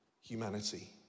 humanity